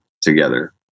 together